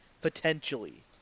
potentially